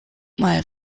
mal